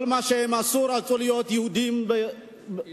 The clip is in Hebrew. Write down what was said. כל מה שהם רצו היה להיות יהודים באתיופיה,